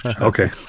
okay